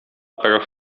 proch